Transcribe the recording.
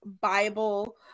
Bible